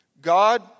God